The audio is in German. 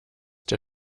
der